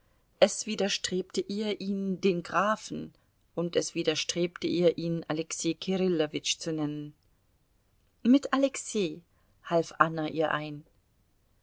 es widerstrebte ihr ihn den grafen und es widerstrebte ihr ihn alexei kirillowitsch zu nennen mit alexei half anna ihr ein